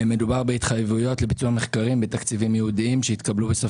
מדובר בהתחייבויות לביצוע מחקרים בתקציבים ייעודיים שהתקבלו בסוף